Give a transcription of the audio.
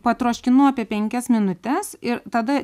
patroškinu apie penkias minutes ir tada